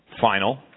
final